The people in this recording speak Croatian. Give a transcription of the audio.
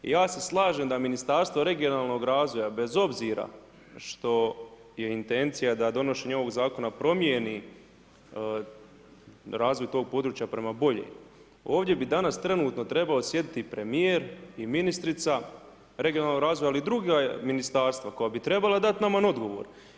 Ja se slažem da Ministarstvo regionalnog razvoja bez obzira što je intencija da donošenje ovog Zakona promijeni razvoj tog područja prema boljem, ovdje bi danas trenutno trebao sjediti premijer i ministrica regionalnog razvoja, ali i druga ministarstva koja bi trebala dat nama odgovor.